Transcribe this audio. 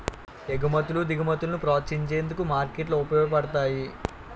ఎగుమతులు దిగుమతులను ప్రోత్సహించేందుకు మార్కెట్లు ఉపయోగపడతాయి